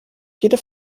jede